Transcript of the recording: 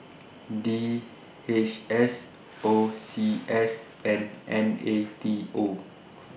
D H S O C S and N A T O